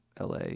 LA